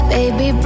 Baby